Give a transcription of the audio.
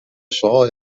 شعاع